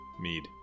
Mead